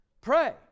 Pray